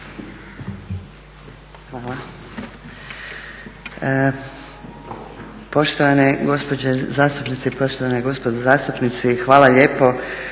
Hvala.